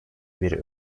bir